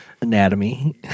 anatomy